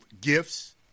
gifts